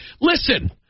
listen